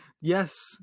Yes